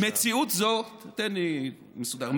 "מציאות זו" תן לי מסודר.